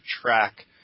track